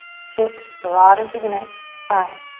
six, baratta through the neck, five.